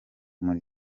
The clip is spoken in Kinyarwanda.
muri